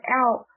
out